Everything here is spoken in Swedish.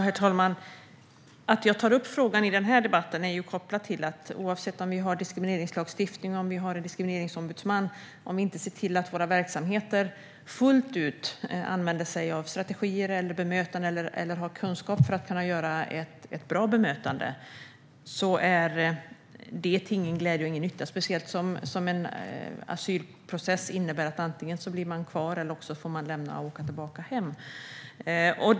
Herr talman! Att jag tar upp frågan i den här debatten handlar om att även om vi har diskrimineringslagstiftning och en diskrimineringsombudsman är det inte till någon glädje eller nytta om vi inte ser till att våra verksamheter fullt ut använder sig av strategier och bemötanden eller har kunskap för att kunna ge ett bra bemötande. Det gäller speciellt en asylprocess, eftersom den innebär att antingen blir man kvar eller så får man åka tillbaka hem.